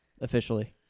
Officially